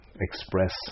express